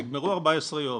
נגמרו 14 יום,